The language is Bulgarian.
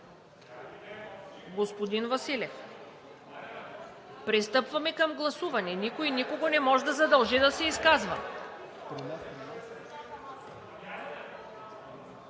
Господин Василев, пристъпваме към гласуване. Никой никого не може да задължи да се изказва.